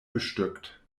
bestückt